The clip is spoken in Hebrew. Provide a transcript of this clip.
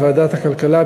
בוועדת הכלכלה,